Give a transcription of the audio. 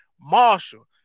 Marshall